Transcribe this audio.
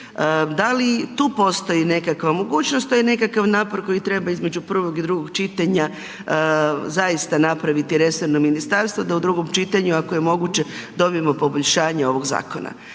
Da li i tu postoji nekakva mogućnost, to je nekakav napor koji treba između prvog i drugog čitanja zaista napraviti resorno ministarstvo, da u drugom čitanju, ako je moguće, dobimo poboljšanje ovog zakona.